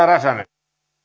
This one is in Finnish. arvoisa